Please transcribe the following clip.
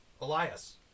Elias